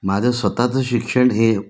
माझं स्वतःचं शिक्षण हे